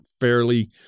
fairly